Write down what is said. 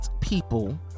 people